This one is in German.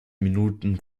minuten